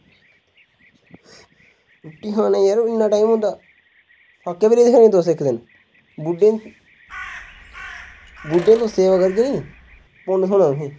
रुट्टी खाने यार इन्ना टाईम होंदा फाकै बी रेही सकने इक दिन बुड्ढें दी दी सेवा करगे नी पुन्न थ्होना तुसें